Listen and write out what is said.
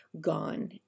gone